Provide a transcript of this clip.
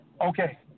Okay